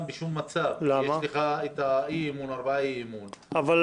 בשום מצב כי יש ארבעה אי-אמון ואחרי זה חוקים.